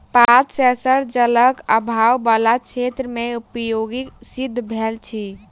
पात सेंसर जलक आभाव बला क्षेत्र मे उपयोगी सिद्ध भेल अछि